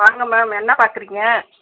வாங்கள் மேம் என்ன பார்க்குறிங்க